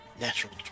Natural